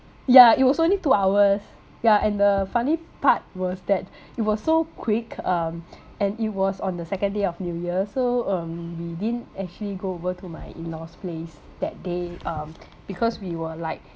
yeah it was only two hours yeah and the funny part was that it was so quick um and it was on the second day of new year so um we didn't actually go over to my in-laws place that day um because we were like